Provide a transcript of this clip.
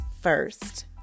first